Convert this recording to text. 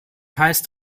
heißt